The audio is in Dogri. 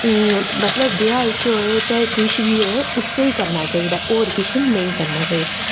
मतलब ब्याह् च होऐ चाहे किश बी होऐ उसगी करना चाहिदा और किश नेईं करना चाहिदा